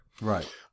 Right